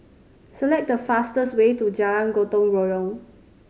select the fastest way to Jalan Gotong Royong